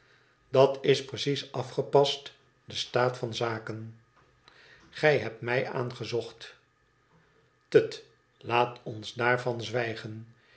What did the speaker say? dat is precies afgepast de staat van zaken gij hebt mij aangezocht tut laat ons daarvan zwijgen